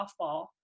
softball